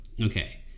okay